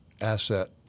asset